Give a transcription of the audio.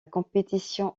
compétition